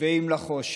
ואם לחושך,